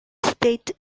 state